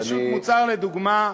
פשוט מוצר לדוגמה,